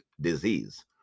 disease